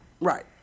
Right